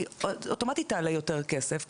היא אוטומטית תעלה יותר כסף,